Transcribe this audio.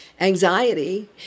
anxiety